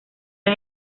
han